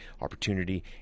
opportunity